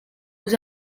aux